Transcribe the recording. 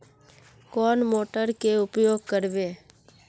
कौन मोटर के उपयोग करवे?